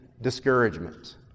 discouragement